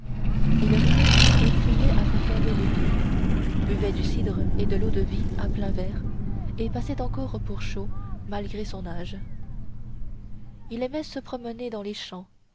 il riait et criait à faire tomber les murs buvait du cidre et de l'eau-de-vie à pleins verres et passait encore pour chaud malgré son âge il aimait à se promener dans les champs